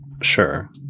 Sure